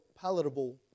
palatable